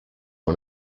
one